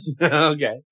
Okay